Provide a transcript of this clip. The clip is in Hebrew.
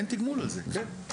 אין תגמול על זה, כן, בדיוק.